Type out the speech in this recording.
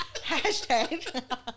Hashtag